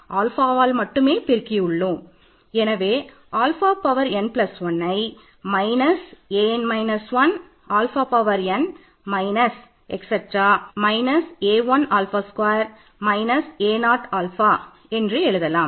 alpha என்று எழுதலாம்